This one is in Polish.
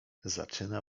zaczyna